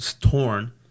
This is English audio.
torn